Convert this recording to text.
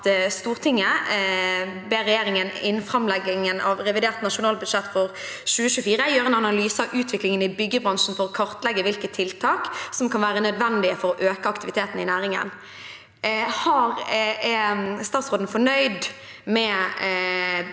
«Stortinget ber regjeringen innen fremleggingen av revidert nasjonalbudsjett for 2024 gjøre en analyse av utviklingen av byggebransjen for å kartlegge hvilke tiltak som kan være nødvendige for å øke aktiviteten i næringen.» Er statsråden fornøyd med